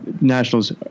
Nationals